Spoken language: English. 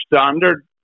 standard